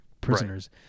prisoners